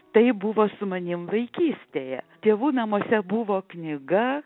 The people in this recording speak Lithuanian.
taip buvo su manim vaikystėje tėvų namuose buvo knyga